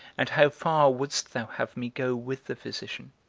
and how far wouldst thou have me go with the physician?